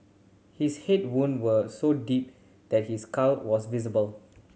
his head wound were so deep that his skull was visible